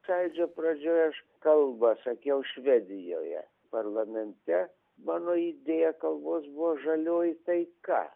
sąjūdžio pradžioj aš kalbą sakiau švedijoje parlamente mano idėja kalbos buvo žalioji taika